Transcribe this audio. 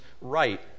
right